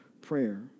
prayer